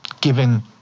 given